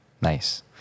Nice